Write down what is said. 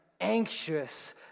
anxious